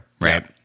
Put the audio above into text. right